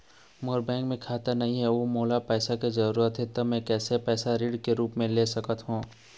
मोर bank म खाता नई हे अउ मोला पैसा के जरूरी हे त मे कैसे पैसा ऋण के रूप म ले सकत हो?